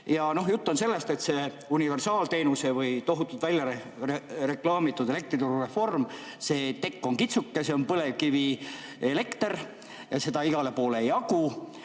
Jutt on sellest, et selle universaalteenuse või tohutult väljareklaamitud elektriturureformi tekk on kitsuke. See on põlevkivielekter ja seda igale poole ei jagu.